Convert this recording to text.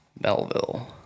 Melville